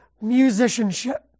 Musicianship